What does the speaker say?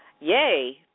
yay